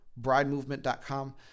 bridemovement.com